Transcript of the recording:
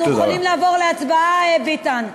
אנחנו יכולים לעבור להצבעה, ביטן?